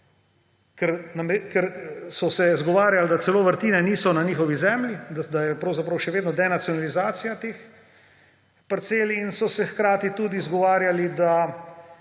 ker so se izgovarjali, da celo vrtine niso na njihovi zemlji, da je pravzaprav še vedno denacionalizacija teh parcel, in so se hkrati tudi izgovarjali, da